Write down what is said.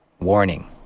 warning